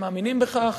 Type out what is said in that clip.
שמאמינים בכך,